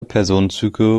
personenzüge